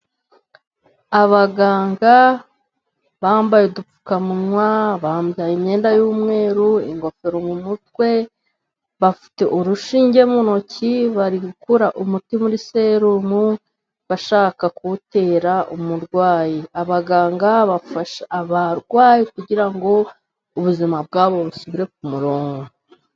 Abaganga bambaye udupfukawa, bambaye imyenda y'umweru, ingofero mu mutwe, bafite urushinge mu ntoki, bari gukura umuti muri serumu, bashaka kuwutera umurwayi. Abaganga bafasha abarwayi kugira ngo ubuzima bwabo busubire ku ku murongo.